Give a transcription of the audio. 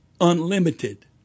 unlimited